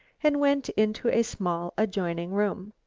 and went into a small adjoining room.